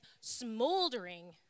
smoldering